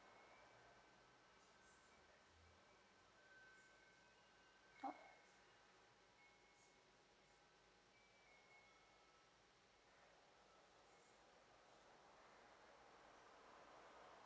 oh